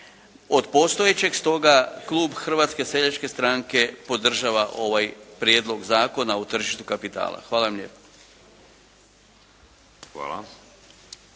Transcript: od postojećeg. Stoga klub Hrvatske seljačke stranke podržava ovaj prijedlog Zakona o tržištu kapitala. Hvala vam lijepo.